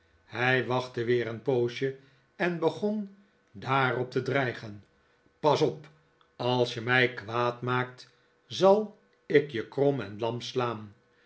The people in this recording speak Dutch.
hij wachtte weer een poosje en begon daarop te dreigen pas op als je mij kwaad maakt zal ik je krom en lam slaan